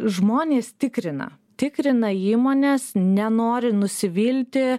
žmonės tikrina tikrina įmones nenori nusivilti